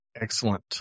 Excellent